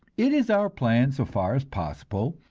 it is our plan, so far as possible,